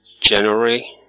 January